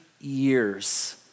years